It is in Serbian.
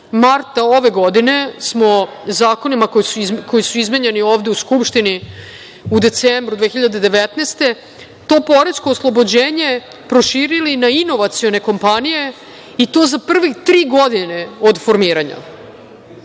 marta ove godine smo zakonima koji su izmenjeni ovde u Skupštini u decembru 2019. godine to poresko oslobođenje proširili na inovacione kompanije i to za prvih tri godine od formiranja. Onda